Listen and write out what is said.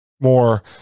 more